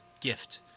gift